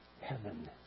heaven